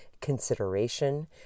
consideration